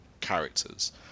characters